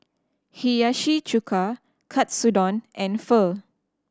Hiyashi Chuka Katsudon and Pho